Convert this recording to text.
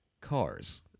Cars